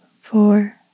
four